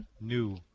new